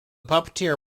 puppeteer